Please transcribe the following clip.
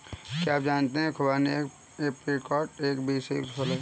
क्या आप जानते है खुबानी या ऐप्रिकॉट एक बीज से युक्त फल है?